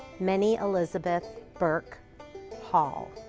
minnie elizabeth burke hall.